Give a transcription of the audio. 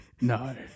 no